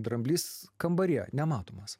dramblys kambaryje nematomas